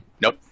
nope